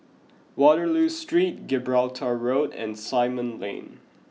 Waterloo Street Gibraltar Road and Simon Lane